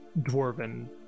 dwarven